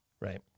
Right